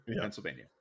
Pennsylvania